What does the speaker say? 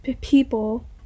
people